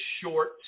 short